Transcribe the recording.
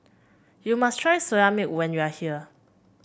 you must try Soya Milk when you are here